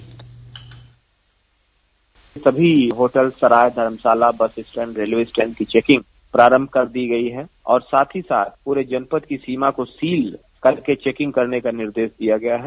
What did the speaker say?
bite सभी hotel सराय धर्मशाला बस स्टैंड रेलवे स्टेशन की चेकिंग प्रारम्भ कर दी गई है और साथ ही साथ पूरे जनपद की सीमा को सील करके चेकिंग का निर्देश दिया गया है